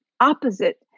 opposite